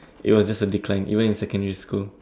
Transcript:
it was just a decline even in secondary school